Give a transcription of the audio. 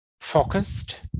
focused